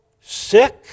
sick